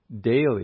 daily